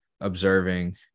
observing